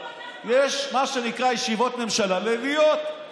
יש מה שנקרא ישיבות ממשלה ליליות,